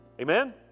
amen